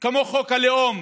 כמו חוק הלאום